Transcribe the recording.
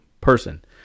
person